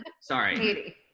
Sorry